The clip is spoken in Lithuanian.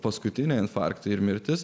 paskutinę infarktą ir mirtis